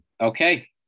Okay